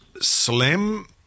slim